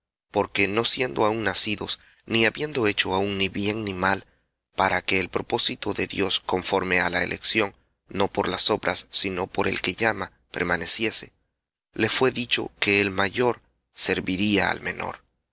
porque no siendo aún nacidos ni habiendo hecho aún ni bien ni mal para que el propósito de dios conforme á la elección no por las obras sino por el que llama permaneciese le fué dicho que el mayor serviría al menor